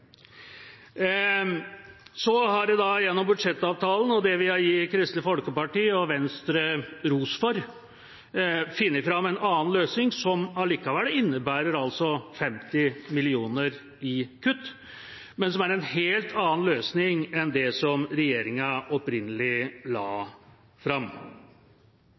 Så er det gjennom budsjettavtalen, og det vil jeg gi Kristelig Folkeparti og Venstre ros for, funnet fram til en annen løsning, som allikevel innebærer 50 mill. kr i kutt, men som er en helt annen løsning enn det som regjeringa opprinnelig la fram.